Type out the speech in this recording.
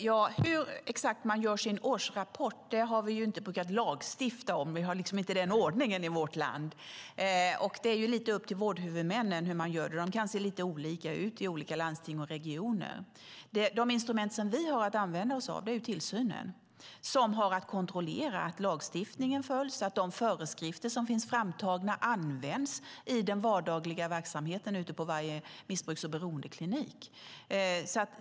Herr talman! Hur exakt årsrapporter ska utformas har vi inte lagstiftat om. Vi har inte den ordningen i vårt land. Det är lite upp till vårdhuvudmännen hur dessa rapporter görs, och de kan se lite olika ut i olika landsting och regioner. De instrument vi har är tillsynen. Där ska kontrolleras att lagstiftningen följs och att de föreskrifter som finns används i den vardagliga verksamheten ute på varje missbruks och beroendeklinik.